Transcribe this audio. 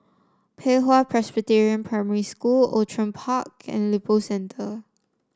Pei Hwa Presbyterian Primary School Outram Park and Lippo Centre